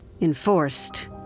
Enforced